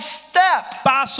step